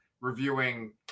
reviewing